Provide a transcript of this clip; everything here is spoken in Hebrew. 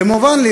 ומובן לי,